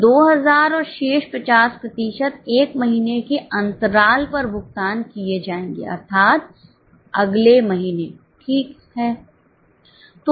तो 2000 और शेष 50 प्रतिशत एक महीने के अंतराल पर भुगतान किए जाएंगे अर्थात अगले महीने ठीक है